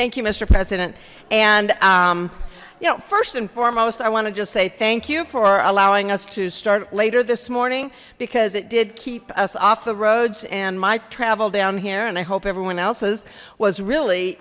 thank you mister president and you know first and foremost i want to just say thank you for allowing us to start later this morning because it did keep us off the roads and might travel down here and i hope everyone else's was really